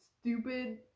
stupid